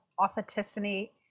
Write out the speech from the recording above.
authenticity